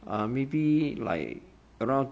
um maybe like around